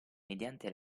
mediante